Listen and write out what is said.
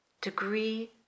degree